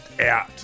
out